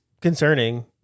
concerning